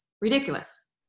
ridiculous